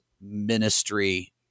ministry